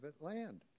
land